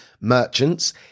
merchants